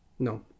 No